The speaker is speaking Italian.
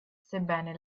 sebbene